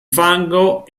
fango